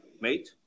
mate